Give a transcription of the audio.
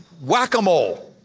whack-a-mole